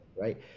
right